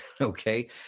okay